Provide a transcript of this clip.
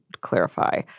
clarify